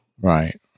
Right